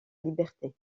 liberté